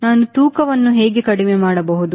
ನಾವು ತೂಕವನ್ನು ಹೇಗೆ ಕಡಿಮೆ ಮಾಡಬಹುದು